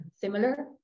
similar